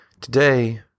Today